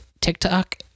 TikTok